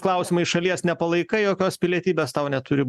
klausimais šalies nepalaikai jokios pilietybės tau neturi